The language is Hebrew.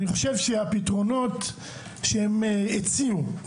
אני חושב שהפתרונות שהם הציעו,